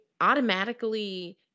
automatically